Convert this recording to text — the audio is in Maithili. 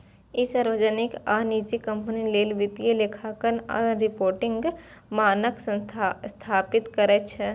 ई सार्वजनिक आ निजी कंपनी लेल वित्तीय लेखांकन आ रिपोर्टिंग मानक स्थापित करै छै